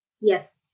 Yes